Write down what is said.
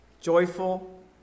joyful